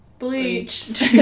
Bleach